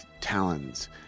talons